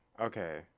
okay